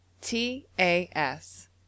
TAS